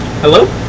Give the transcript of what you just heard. Hello